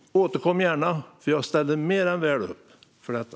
Återkom gärna! Jag ställer mer än gärna upp för detta.